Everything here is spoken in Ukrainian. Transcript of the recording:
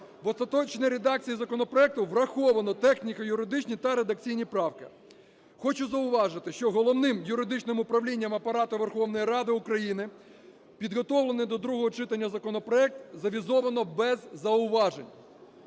В остаточній редакції законопроекту враховано техніко-юридичні та редакційні правки. Хочу зауважити, що Головним юридичним управлінням Апарату Верховної Ради України підготовлений до другого читання законопроект завізовано без зауважень.